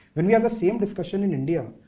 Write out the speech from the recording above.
when we have the same discussion in india,